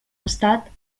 estat